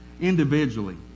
individually